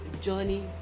Journey